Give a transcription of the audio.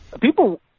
people